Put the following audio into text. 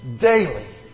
daily